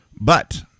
But-